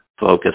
Focus